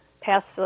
passed